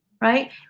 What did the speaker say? right